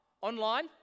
online